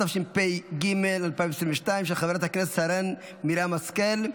התשפ"ג 2022, של חברת הכנסת שרן מרים השכל.